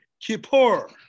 Kippur